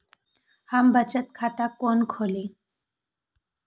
हम बचत खाता कोन खोली?